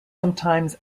sometimes